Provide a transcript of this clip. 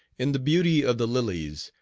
in the beauty of the lilies,